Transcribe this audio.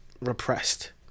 repressed